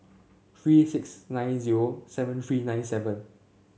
three six nine zero seven three nine seven